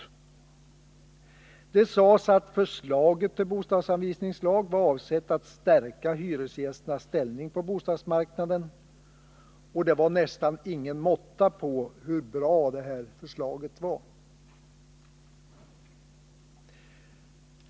Det sades att förslaget till bostadsanvisningslag var avsett att stärka hyresgästernas ställning på bostadsmarknaden, och det var nästan ingen måtta på hur bra förslaget var.